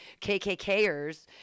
KKKers